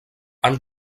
han